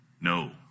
No